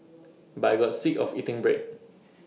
but I got sick of eating bread